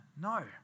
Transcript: No